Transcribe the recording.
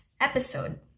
episode